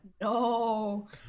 no